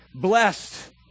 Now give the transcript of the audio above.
blessed